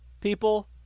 people